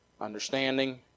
understanding